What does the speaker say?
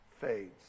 fades